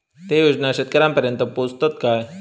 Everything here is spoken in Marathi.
ते योजना शेतकऱ्यानपर्यंत पोचतत काय?